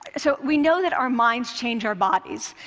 so we know that our minds change our bodies,